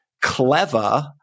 clever